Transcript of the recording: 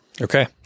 Okay